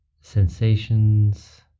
sensations